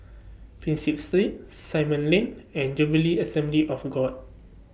Prinsep Street Simon Lane and Jubilee Assembly of God